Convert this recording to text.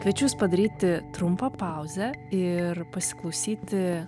kviečiu jus padaryti trumpą pauzę ir pasiklausyti